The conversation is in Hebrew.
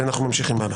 אנחנו ממשיכים הלאה.